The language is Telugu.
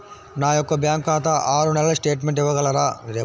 నా యొక్క బ్యాంకు ఖాతా ఆరు నెలల స్టేట్మెంట్ ఇవ్వగలరా?